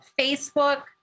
Facebook